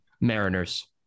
Mariners